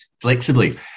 flexibly